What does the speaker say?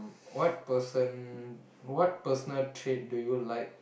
what person~ what personal trait do you like